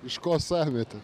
iš ko semiate